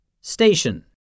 Station